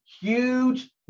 huge